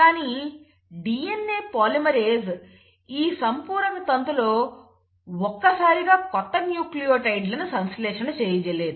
కానీ DNA polymerase ఈ సంపూరక తంతులో ఒక్కసారిగా కొత్త న్యూక్లియోటైడ్ లను సంశ్లేషణ చేయలేదు